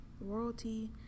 royalty